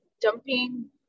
dumping